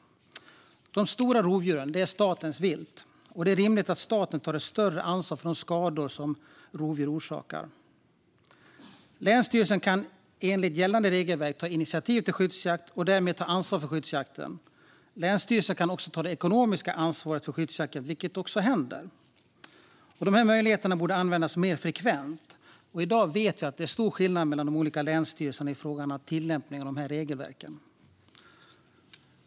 De stora rovdjuren är statens vilt, och det är rimligt att staten tar ett större ansvar för de skador som rovdjur orsakar. Länsstyrelsen kan enligt gällande regelverk ta initiativ till skyddsjakt och därmed ta ansvar för skyddsjakten, och länsstyrelsen kan också ta det ekonomiska ansvaret för skyddsjakten - vilket också händer. De möjligheterna borde användas mer frekvent. I dag vet vi att det är stor skillnad mellan de olika länsstyrelserna i fråga om att tillämpa regelverken.